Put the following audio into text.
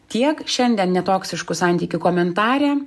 tiek šiandien ne toksiškų santykių komentare